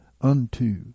unto